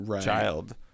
child